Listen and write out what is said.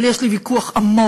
אבל יש לי ויכוח עמוק